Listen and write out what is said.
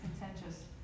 contentious